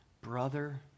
Brother